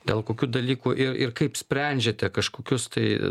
dėl kokių dalykų ir ir kaip sprendžiate kažkokius tai